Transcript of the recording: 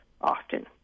often